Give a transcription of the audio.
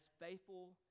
faithful